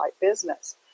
business